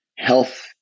health